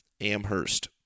Amherst